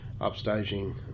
upstaging